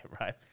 right